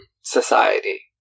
society